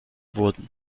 wurden